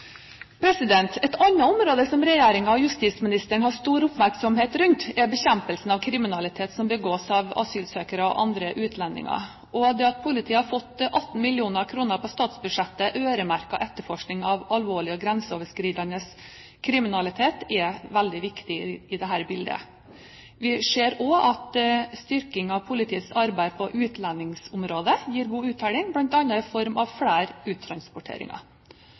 Et annet område som regjeringen og justisministeren har stor oppmerksomhet rundt, er bekjempelse av kriminalitet som begås av asylsøkere og andre utlendinger. Det at politiet har fått 18 mill. kr i statsbudsjettet øremerket etterforskning av alvorlig og grenseoverskridende kriminalitet, er veldig viktig i dette bildet. Vi ser også at en styrking av politiets arbeid på utlendingsområdet gir god uttelling, bl.a. i form av flere uttransporteringer.